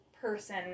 person